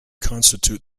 constitute